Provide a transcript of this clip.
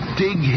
dig